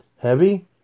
heavy